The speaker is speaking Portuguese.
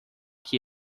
que